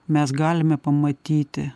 mes galime pamatyti